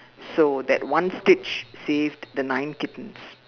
so that one stitch saved the nine kittens